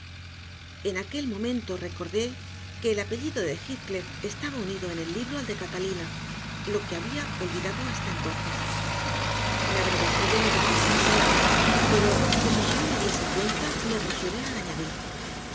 en aquel momento recordé que el apellido de heathcliff estaba unido en el libro al de catalina lo que había olvidado hasta entonces me avergoncé de mi descortesía pero como si no me diese cuenta me apresuré a añadir